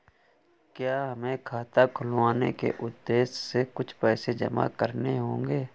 क्या हमें खाता खुलवाने के उद्देश्य से कुछ पैसे जमा करने होंगे?